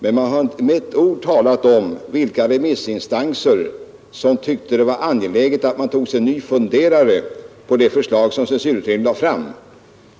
Men man har inte med ett ord talat om vilka remissinstanser som tyckte att det var angeläget att ta sig en ny funderare på det förslag som censurutredningen lade fram.